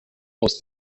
aus